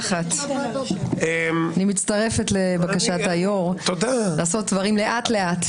אני מצטרפת לבקשת היושב-ראש לעשות דברים לאט-לאט.